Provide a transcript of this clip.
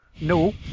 No